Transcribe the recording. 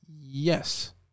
Yes